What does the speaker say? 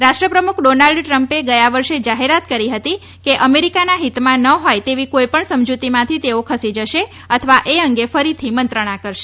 રાષ્ટ્રપ્રમુખ ડોનાલ્ડ ટ્રમ્પે ગયા વર્ષે જાહેરાત કરી હતી કે અમેરીકાના હિતમાં ન હોય તેવી કોઇપણ સમજૂતીમાંથી તેઓ ખસી જશે અથવા એ અંગે ફરીથી મંત્રણા કરશે